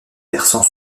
versant